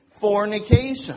fornication